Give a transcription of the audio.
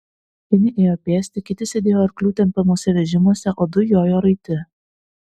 vieni ėjo pėsti kiti sėdėjo arklių tempiamuose vežimuose o du jojo raiti